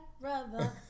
brother